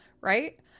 right